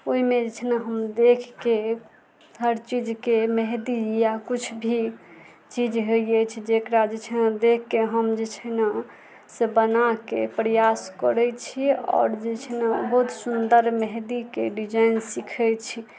ओहिमे जे छै ने हम देखके हर चीजके मेहदी या कुछ भी चीज होइ अछि जेकरा जे छै ने देखके हम जे छै ने से बनाके प्रयास करै छी आओर जे छै ने बहुत सुन्दर मेहदीके डिजाइन सिखै छी